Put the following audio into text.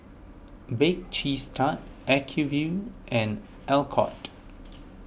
Bake Cheese Tart Acuvue and Alcott